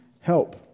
help